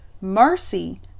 Mercy